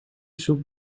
zoekt